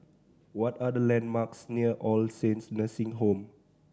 what are the landmarks near All Saints Nursing Home